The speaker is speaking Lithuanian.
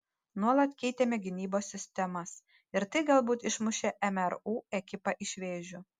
nuolat keitėme gynybos sistemas ir tai galbūt išmušė mru ekipą iš vėžių